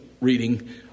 reading